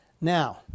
Now